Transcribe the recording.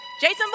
Jason